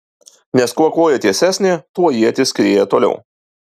nes kuo koja tiesesnė tuo ietis skrieja toliau